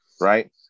Right